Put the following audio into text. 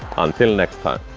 until next time!